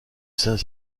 saint